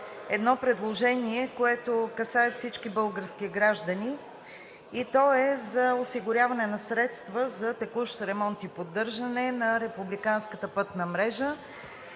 едно предложение, което касае всички български граждани. То е за осигуряване на средства за текущ ремонт и поддържане на републиканската пътна мрежа,